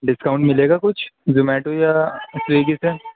discount مِلے گا کچھ زومیٹو یا سوگی سے